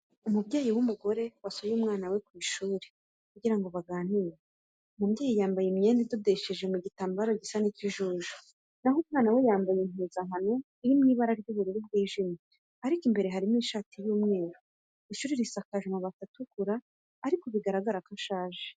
Umubyeyi w'umugore wasuye umwana we ku ishuri kugira ngo baganire. Umubyeyi yambaye imyenda idodesheje mu gitambaro gisa n'ikijuju, na ho umwana yambaye impuzankano iri mu ibara ry'ubururu bwijimye ariko imbere harimo ishati y'umweru. Ishuri risakaje amabati atukura ariko bigaragara ko ashaje.